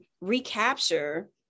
recapture